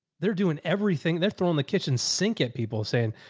they're doing everything. they're throwing the kitchen sink at people saying,